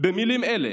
במילים אלה,